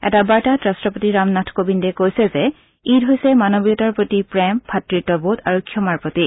এটা বাৰ্তাত ৰাট্ট্ৰপতি ৰামনাথ কোবিন্দে কৈছে যে ঈদ হৈছে মানৱীয়তাৰ প্ৰতি প্ৰেম ভাতৃত্ববোধ আৰু ক্ষমাৰ প্ৰতীক